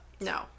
No